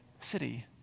city